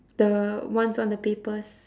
the ones on the papers